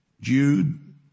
Jude